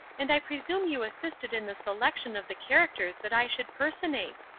and i presume you assisted in the selection of the characters that i should personate!